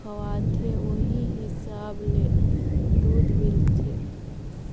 खवाथे ओहि हिसाब ले दूद मिलथे